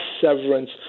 severance